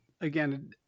Again